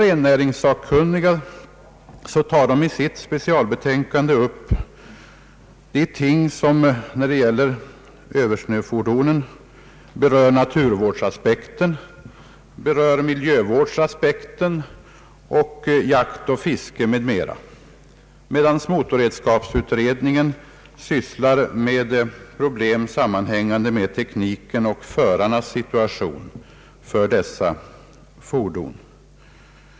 Rennäringssakkunniga tar i sitt specialbetänkande när det gäller översnöfordonen upp naturvårdsaspekten, miljövårdsaspekten samt frågor rörande jakt och fiske m.m., medan motorredskapsutredningen sysslar med tekniska ting och situationen för förarna av dessa fordon.